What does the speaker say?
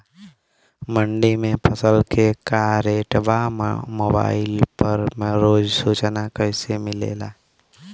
मंडी में फसल के का रेट बा मोबाइल पर रोज सूचना कैसे मिलेला?